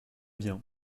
bien